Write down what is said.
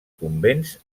convents